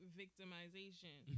victimization